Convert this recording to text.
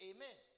Amen